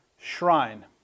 shrine